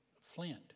Flint